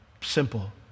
Simple